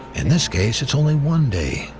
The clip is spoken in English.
in this case it's only one day.